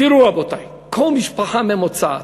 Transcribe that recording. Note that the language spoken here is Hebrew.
תראו, רבותי, קחו משפחה ממוצעת.